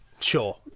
sure